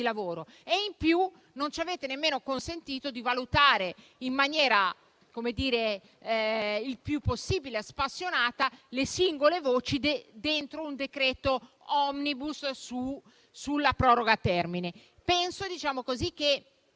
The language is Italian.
In più, non ci avete nemmeno consentito di valutare in maniera il più possibile spassionata le singole voci dentro un decreto-legge omnibus di proroga termini. A proposito